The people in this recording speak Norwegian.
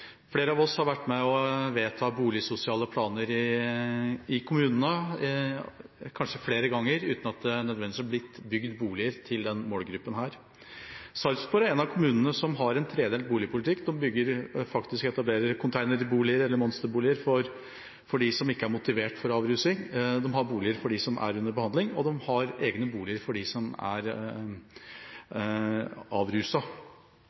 Flere av oss har vært med på å vedta boligsosiale planer i kommunene, kanskje flere ganger, uten at det nødvendigvis har blitt bygd boliger til denne målgruppen. Sarpsborg er en av kommunene som har en tredelt boligpolitikk. De bygger og etablerer containerboliger eller monsterboliger for dem som ikke er motivert for avrusing. De har boliger for dem som er under behandling, og de har egne boliger for dem som er